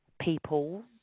people